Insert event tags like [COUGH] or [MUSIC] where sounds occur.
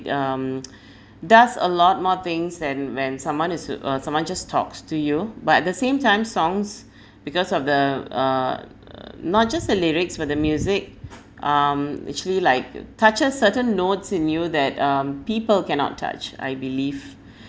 um [NOISE] does a lot more things than when someone is to uh someone just talks to you but at the same time songs [BREATH] because of the err not just the lyrics but the music um actually like touches certain nodes in you that um people cannot touch I believe